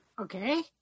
Okay